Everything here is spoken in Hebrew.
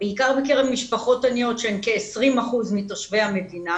בעיקר בקרב משפחות עניות שהן כ-20 אחוזים מתושבי המדינה